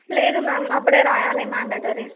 లేదు మ్యామ్ అప్పుడే రాయాలి మ్యాండేటరీ